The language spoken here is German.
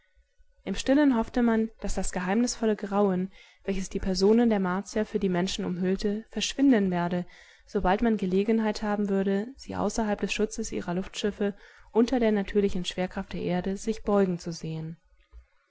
im stillen hoffte man daß das geheimnisvolle grauen welches die personen der martier für die menschen umhüllte verschwinden werde sobald man gelegenheit haben würde sie außerhalb des schutzes ihrer luftschiffe unter der natürlichen schwerkraft der erde sich beugen zu sehen